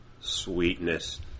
Sweetness